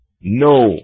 No